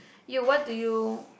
you what do you